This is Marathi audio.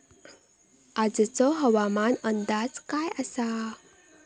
आजचो हवामान अंदाज काय आसा?